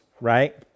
right